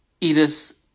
Edith